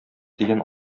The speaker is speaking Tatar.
дигән